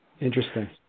interesting